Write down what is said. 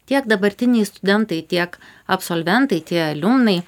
tiek dabartiniai studentai tiek absolventai tie aliumnai